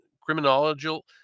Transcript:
criminological